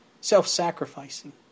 self-sacrificing